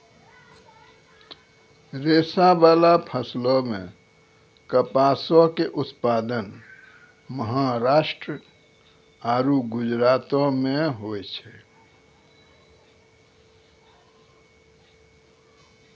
रेशाबाला फसलो मे कपासो के उत्पादन महाराष्ट्र आरु गुजरातो मे होय छै